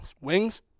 wings